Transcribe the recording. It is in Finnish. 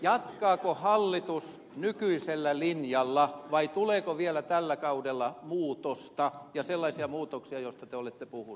jatkaako hallitus nykyisellä linjalla vai tuleeko vielä tällä kaudella muutoksia ja sellaisia muutoksia joista te olette puhunut